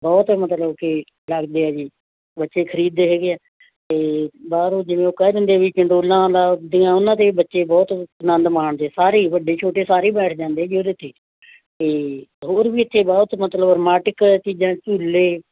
ਬਹੁਤ ਮਤਲਬ ਕਿ ਲੱਗਦੇ ਹੈ ਜੀ ਬੱਚੇ ਖਰੀਦਦੇ ਹੈਗੇ ਹੈ ਅਤੇ ਬਾਹਰੋਂ ਜਿਵੇਂ ਉਹ ਕਹਿ ਦਿੰਦੇ ਹੈ ਵੀ ਚੰਡੋਲਾਂ ਦਾ ਦੀਆਂ ਉਨ੍ਹਾਂ ਦੇ ਬੱਚੇ ਬਹੁਤ ਅਨੰਦ ਮਾਣਦੇ ਸਾਰੇ ਹੀ ਵੱਡੇ ਛੋਟੇ ਸਾਰੇ ਬੈਠ ਜਾਂਦੇ ਜੀ ਉਹਦੇ 'ਤੇ ਅਤੇ ਹੋਰ ਵੀ ਇੱਥੇ ਬਹੁਤ ਮਤਲਬ ਰੋਮਾਂਚਕ ਚੀਜ਼ਾਂ ਝੂਲੇ